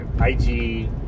ig